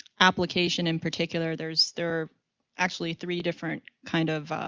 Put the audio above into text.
application in particular, there is, there are actually three different kind of